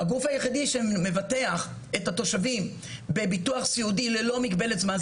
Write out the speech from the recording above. הגוף היחידי שמבטח את התושבים בביטוח סיעודי ללא מגבלת זמן,